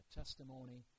testimony